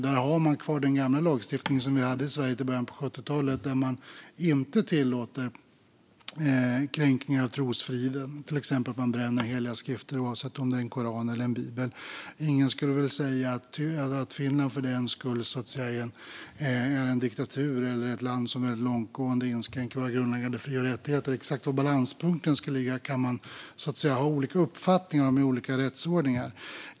Där har man kvar den gamla lagstiftningen, så som vi hade i Sverige i början av 70-talet, som inte tillåter kränkningar av trosfriden, till exempel att man bränner heliga skrifter, oavsett om det är Koranen eller Bibeln. Ingen skulle väl säga att Finland för den sakens skull är en diktatur eller ett land som långtgående inskränker grundläggande fri och rättigheter. Exakt var balanspunkten ska ligga kan man ha olika uppfattningar om i olika rättsordningar.